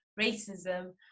racism